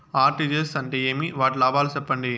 RTGS అంటే ఏమి? వాటి లాభాలు సెప్పండి?